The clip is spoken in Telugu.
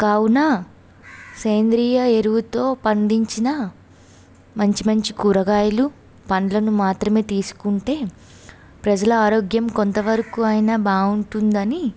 కావున సేంద్రియ ఎరువుతో పండించిన మంచి మంచి కూరగాయలు పండ్లను మాత్రమే తీసుకుంటే ప్రజల ఆరోగ్యం కొంత వరకు అయినా బాగుంటుంది అని